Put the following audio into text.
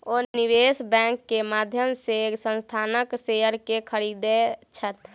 ओ निवेश बैंक के माध्यम से संस्थानक शेयर के खरीदै छथि